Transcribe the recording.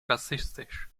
rassistisch